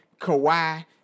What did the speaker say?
Kawhi